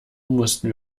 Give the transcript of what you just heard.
mussten